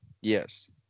Yes